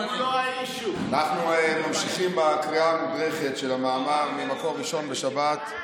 אנחנו ממשיכים בקריאה המודרכת של המאמר ממקור ראשון בשבת,